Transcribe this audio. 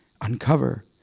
uncover